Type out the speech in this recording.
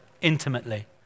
intimately